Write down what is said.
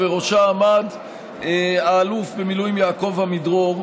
ובראשה עמד האלוף במילואים יעקב עמידרור.